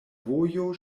vojo